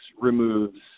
removes